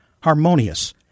harmonious